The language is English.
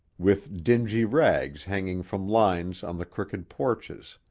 with dingy rags hanging from lines on the crooked porches.